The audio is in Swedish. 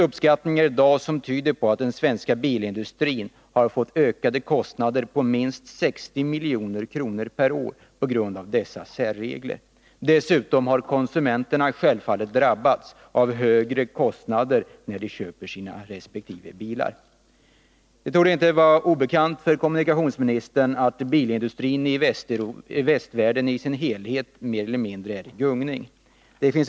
Uppskattningar i dag tyder på att den svenska bilindustrin på grund av dessa särregler har vidkänts en ökning av kostnaderna per år på minst 60 milj.kr. Dessutom har konsumenterna självfallet drabbats av högre kostnader vid köp av sina bilar. Det torde inte vara obekant för kommunikationsministern att bilindustrin i västvärlden i dess helhet mer eller mindre är i gungning.